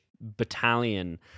battalion